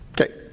Okay